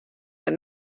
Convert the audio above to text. der